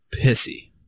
pissy